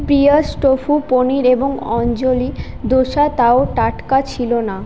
ব্রিয়াস tofu paneer এবং অঞ্জলি দোসাটাও টাটকা ছিল না